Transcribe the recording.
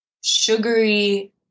sugary